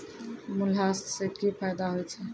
मूल्यह्रास से कि फायदा होय छै?